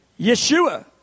Yeshua